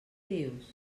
dius